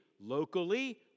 locally